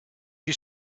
you